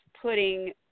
putting